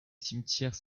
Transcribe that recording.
cimetière